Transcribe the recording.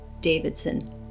Davidson